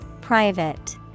Private